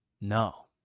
No